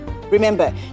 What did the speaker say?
Remember